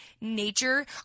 nature